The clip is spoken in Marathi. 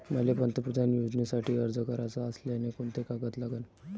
मले पंतप्रधान योजनेसाठी अर्ज कराचा असल्याने कोंते कागद लागन?